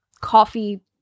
coffee